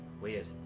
weird